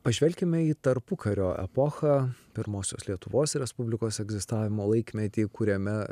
pažvelkime į tarpukario epochą pirmosios lietuvos respublikos egzistavimo laikmetį kuriame